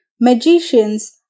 magicians